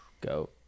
go